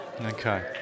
Okay